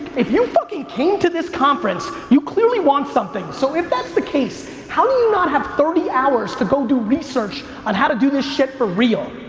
if you fucking came to this conference, you clearly want something. so if that's the case, how do you not have thirty hours to go do research on how to do this shit for real?